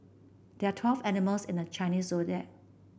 there are twelve animals in the Chinese Zodiac